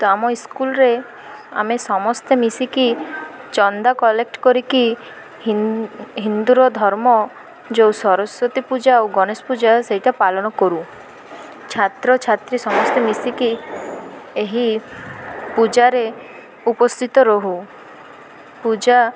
ତ ଆମ ଇସ୍କୁଲରେ ଆମେ ସମସ୍ତେ ମିଶିକି ଚାନ୍ଦା କଲେକ୍ଟ କରିକି ହିନ୍ଦୁର ଧର୍ମ ଯୋଉ ସରସ୍ଵତୀ ପୂଜା ଓ ଗଣେଶ ପୂଜା ସେଇଟା ପାଲନ କରୁ ଛାତ୍ରଛାତ୍ରୀ ସମସ୍ତେ ମିଶିକି ଏହି ପୂଜାରେ ଉପସ୍ଥିତ ରହୁ ପୂଜା